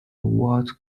world